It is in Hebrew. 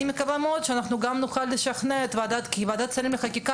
אני מקווה מאוד שגם נוכל לשכנע את ועדת שרים לחקיקה